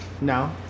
No